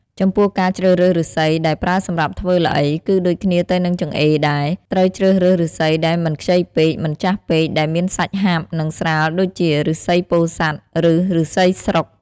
ចំពោះការជ្រើសរើសឫស្សីដែលប្រើសម្រាប់ធ្វើល្អី គឺដូចគ្នាទៅនឹងចង្អេរដែរ ត្រូវជ្រើសរើសឫស្សីដែលមិនខ្ចីពេក មិនចាស់ពេក ដែលមានសាច់ហាប់ និងស្រាល ដូចជា ឫស្សីពោធិ៍សាត់ ឬ ឫស្សីស្រុក។